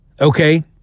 Okay